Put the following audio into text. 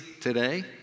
today